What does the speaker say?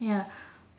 ya